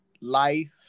life